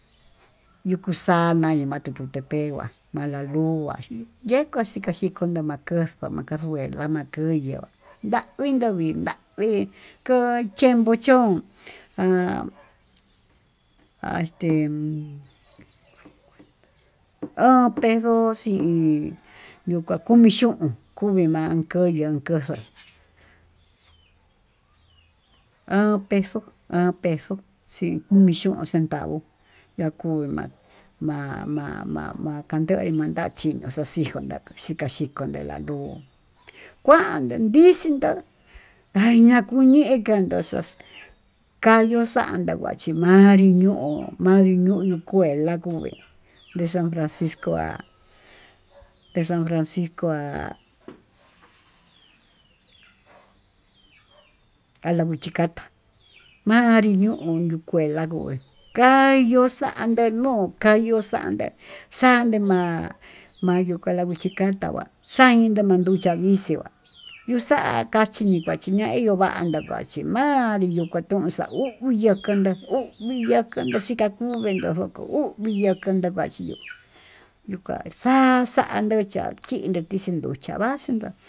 Yukuxana iama'a tututepec huá malaluá chí yeko, xhikaxhi kundema'a kuuxu ma'a casuela ma'a kuu yuu há ndavii ndavii ndavii, ko'o chempo chón ha ha este ho'o pendo xhii kuka kumi chún kumin kuan koyo'ó koxo'o ha peso ha peso xhin uun millon nda'u makuna ma'a ma'a ma'a kandonre mata chino'o xaxhikona xhikaxiko nde la luu, kuande ndixindó ha ñakuñe kanda xo'ó kanyuu xa'a nde kuachí manrí iñuu manri nu escuela kue de san francisco ha de san francisco ha ala kuichikatá manri ñuu escuela ñe'e, ka'á yuu xande ñuu kayuu xandé ma'a xande layuu la'a lichí kandá kua xayen yala lucha linchi va'a luu xa'a kaxhi ni xakuachí nainyuu kuanda kachi ma'a, manrí yukatun xauu hu uya kanda hu uya kanda xhíkanduve kondo ko'ó, kuu vinda kachí yuu yuka xa'a xandó ña'a chindó tichí nduchía vaxindó.